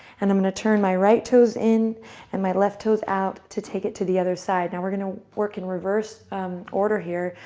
and i'm going to turn my right toes in and my left toes out to take it to the other side. and we're going to work in reverse order here,